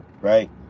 right